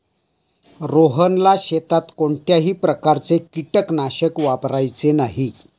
रोहनला शेतात कोणत्याही प्रकारचे कीटकनाशक वापरायचे नाही